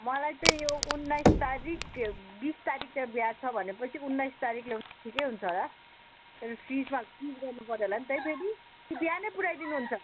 मलाई चाहिँ यो उन्नाइस तारिक बिस तारिकतिर बिहा छ भनेपछि उन्नाइस तारिक ल्याउँदा ठिकै हुन्छ होला तर फ्रिजमा फ्रिज गर्नु पऱ्यो होला नि त है फेरि कि बिहानै पुराइदिनु हुन्छ